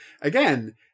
again